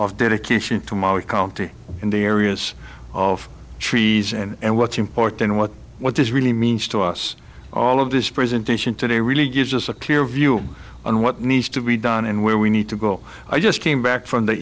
of dedication to molly county in the areas of trees and what's important what what this really means to us all of this presentation today really gives us a clear view on what needs to be done and where we need to go i just came back from the